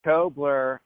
Kobler